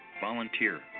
Volunteer